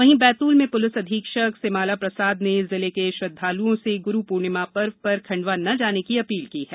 वहीं बैतूल में पुलिस अधीक्षक सिमाला प्रसाद ने जिले के श्रद्वालुओं से गुरू पूर्णिमा पर्व पर खंडवा न जाने की अपील की है